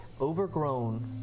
overgrown